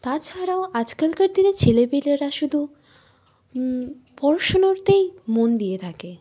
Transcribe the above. তাছাড়াও আজকালকার দিনে ছেলেপিলেরা শুধু পড়াশুনোতেই মন দিয়ে থাকে